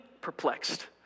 perplexed